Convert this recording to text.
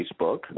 Facebook